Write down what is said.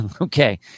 okay